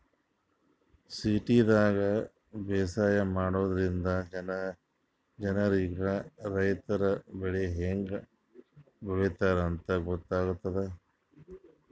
ಸಿಟಿದಾಗ್ ಬೇಸಾಯ ಮಾಡದ್ರಿನ್ದ ಜನ್ರಿಗ್ ರೈತರ್ ಬೆಳಿ ಹೆಂಗ್ ಬೆಳಿತಾರ್ ಅಂತ್ ಗೊತ್ತಾಗ್ತದ್